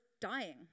dying